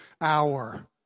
hour